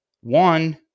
one